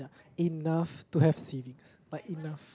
enough to have savings but enough